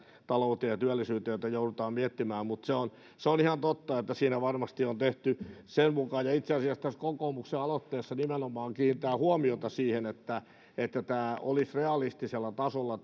talouteen ja työllisyyteen joita sitten aika pitkään joudutaan miettimään mutta se on ihan totta että siinä varmasti on tehty sen mukaan ja itse asiassa tässä kokoomuksen aloitteessa nimenomaan kiinnitetään huomiota siihen että tämä investointi olisi realistisella tasolla